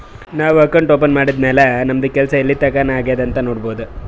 ನಾವು account open ಮಾಡದ್ದ್ ಮ್ಯಾಲ್ ನಮ್ದು ಕೆಲ್ಸಾ ಎಲ್ಲಿತನಾ ಆಗ್ಯಾದ್ ಅಂತ್ ನೊಡ್ಬೋದ್